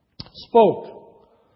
spoke